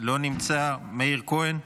אינו נוכח, מאיר כהן,